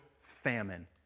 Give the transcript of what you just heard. famine